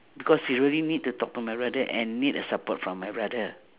because really need to talk to my brother and need a support from my brother